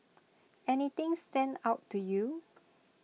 anything stand out to you